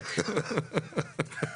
בדיוק.